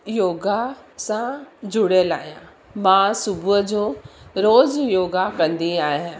योगा सां जुड़ियल आहियां मां सुबुह जो रोज़ु योगा कंदी आहियां